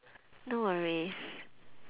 no worries